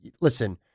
listen